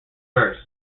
verse